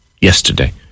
yesterday